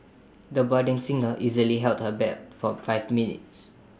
the budding singer easily held her bed for five minutes